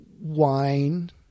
wine